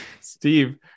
Steve